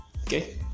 Okay